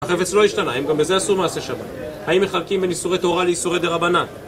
החפץ לא השתנה, האם גם בזה אסור מעשה שבת. האם מחלקים בין איסורי תורה לאיסורי דה רבנה?